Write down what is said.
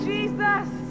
Jesus